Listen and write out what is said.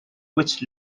which